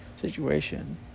situation